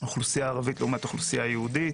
אוכלוסייה ערבית לעומת אוכלוסייה יהודית,